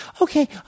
okay